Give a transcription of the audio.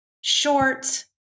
short